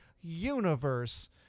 universe